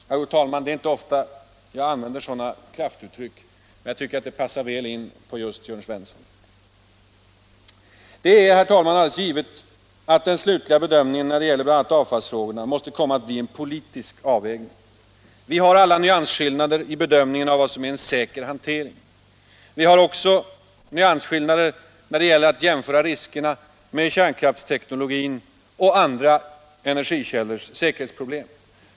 — Herr talman! Det är inte ofta jag använder sådana kraftuttryck, men jag tycker de passar väl in på just Jörn Svensson. Det är alldeles givet att den slutliga bedömningen när det gäller bl.a. avfallsfrågorna måste bli en politisk avvägning. Vi kan alla ha nyansskillnader i bedömningen av vad som är en säker hantering. Vi kan också ha nyansskillnader när det gäller att jämföra riskerna vid kärnkraftsteknologin med andra energikällors säkerhetsproblem.